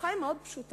הנוסחה מאוד פשוטה: